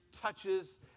touches